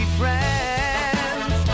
friends